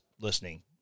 listening